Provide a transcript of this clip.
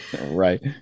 Right